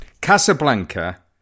Casablanca